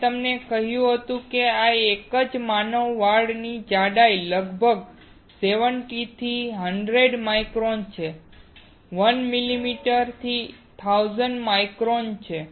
મેં તમને કહ્યું હતું કે એક જ માનવ વાળ ની જાડાઈ લગભગ 70 થી 100 માઈક્રોન છે 1 મિલીમીટર 1000 માઇક્રોન છે